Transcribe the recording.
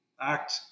act